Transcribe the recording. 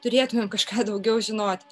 turėtumėm kažką daugiau žinoti